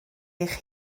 eich